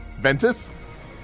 Ventus